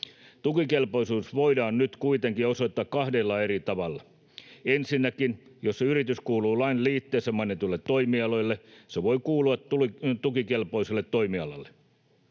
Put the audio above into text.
Tukikelpoisuus voidaan nyt kuitenkin osoittaa kahdella eri tavalla. Ensinnäkin jos yritys kuuluu lain liitteessä mainituille toimialoille, se voi kuulua tukikelpoiselle toimialalle.